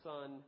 Son